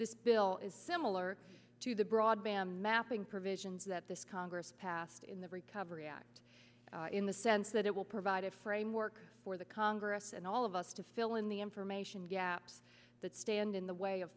this bill is similar to the broadband mapping provisions that this congress passed in the recovery act in the sense that it will provide a framework for the congress and all of us to fill in the information gaps that stand in the way of